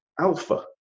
Alpha